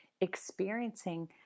experiencing